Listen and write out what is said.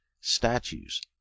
statues